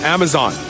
Amazon